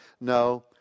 no